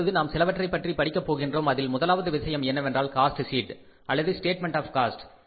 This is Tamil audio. இப்பொழுது நாம் சிலவற்றைப் பற்றிப் படிக்கப் போகிறோம் அதில் முதலாவது விஷயம் என்னவென்றால் காஸ்ட் ஷீட் அல்லது ஸ்டேட்மெண்ட் ஆஃ காஸ்ட்